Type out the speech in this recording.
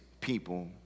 people